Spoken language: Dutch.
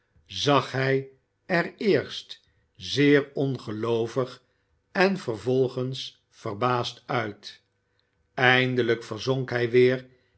zag hij er eerst zeer ongeloovig en vervolgens verbaasd uit eindelijk verzonk hij weer